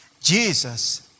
Jesus